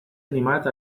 animat